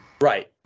Right